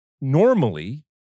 normally